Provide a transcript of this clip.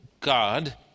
God